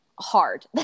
hard